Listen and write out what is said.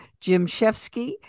Jimshevsky